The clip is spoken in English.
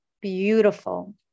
beautiful